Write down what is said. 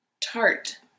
tart